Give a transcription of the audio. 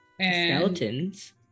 Skeletons